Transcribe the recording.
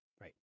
Right